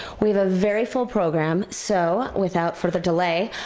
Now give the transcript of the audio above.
we've a very full program so without further delay,